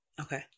Okay